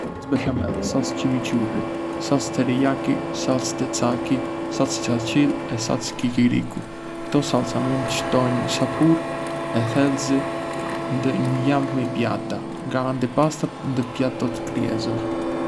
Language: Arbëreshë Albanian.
Salcë béchamel, salcë chimichurri, salcë teriyaki, salcë tzatziki, salcë jeshile e salcë kikiriku. Ktò salca mund të shtojndë sapúr e thellësi ndë një larmi pjata, nga antipastat ndë platot kryesore.